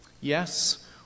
Yes